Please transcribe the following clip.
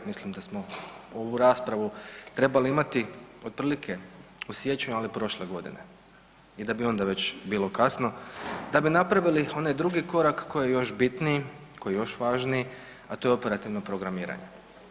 Mislim da smo ovu raspravu trebali imati otprilike u siječnju ali prošle godine i da bi onda već bilo kasno, da bi napravili onaj drugi korak koji je još bitniji, koji je još važniji a to je operativno programiranje.